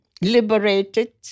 liberated